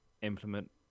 implement